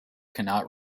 cannot